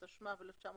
התשמ"ו-1986,